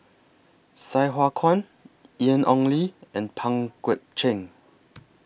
Sai Hua Kuan Ian Ong Li and Pang Guek Cheng